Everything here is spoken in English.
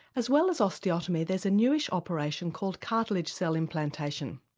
as well as osteotomy there's a newish operation called cartilage cell implantation.